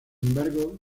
embargo